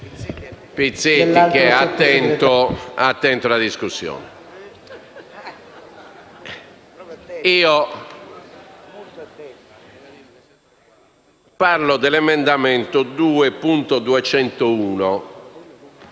Pizzetti che è attento alla discussione. Parlo dell'emendamento 2.201,